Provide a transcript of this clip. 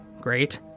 great